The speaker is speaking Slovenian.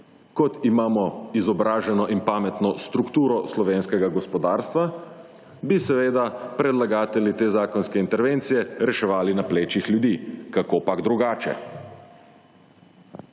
kot imamo izobraženo in pametno strukturo slovenskega gospodarstva, bi seveda predlagatelji te zakonske intervencije reševali na plečih ljudi. Kako pak drugače.